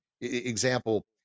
example